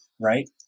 right